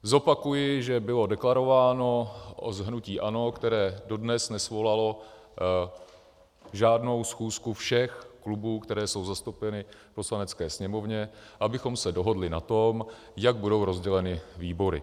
Zopakuji, že bylo deklarováno z hnutí ANO, které dodnes nesvolalo žádnou schůzku všech klubů, které jsou zastoupeny v Poslanecké sněmovně, abychom se dohodli na tom, jak budou rozděleny výbory.